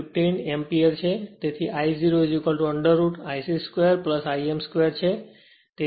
15 એમ્પીયરછે તેથી I 0 under root IC 2 I m 2 છે